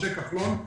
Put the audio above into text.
משה כחלון,